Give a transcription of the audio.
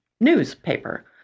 newspaper